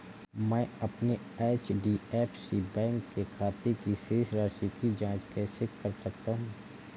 मैं अपने HDFC bank के खाते की शेष राशि की जाँच कैसे कर सकता हूँ?